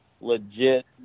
legit